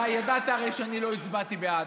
אתה ידעת הרי שאני לא הצבעתי בעד.